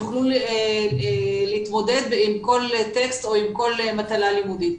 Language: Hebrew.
יוכלו להתמודד עם כל טקסט או עם כל מטלה לימודית.